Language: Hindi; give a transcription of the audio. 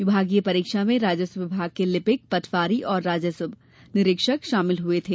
विभागीय परीक्षा में राजस्व विभाग के लिपिक पटवारी और राजस्व निरीक्षक शामिल हुए थे